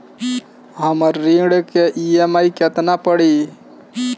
हमर ऋण के ई.एम.आई केतना पड़ी?